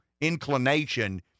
inclination